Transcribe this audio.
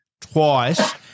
twice